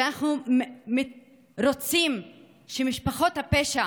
כשאנחנו רוצים שמשפחות הפשע